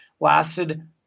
lasted